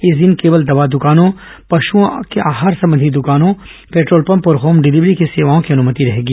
इस दिन केवल दवा दुकानों पशुओं आहार संबंधी दुकानों पेट्रोल पम्प और होम डिलीवरी के सेवाओं की अनुमति रहेगी